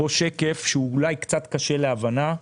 יש פה שקף שאולי קצת קשה להבנה,